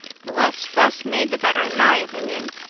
the less fuss made the better, in my opinion.